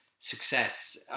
success